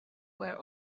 were